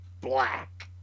black